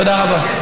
תודה רבה.